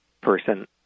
person